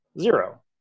zero